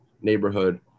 neighborhood